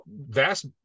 vast